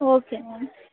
okay ma'am